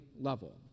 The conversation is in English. level